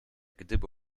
gdyby